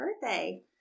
birthday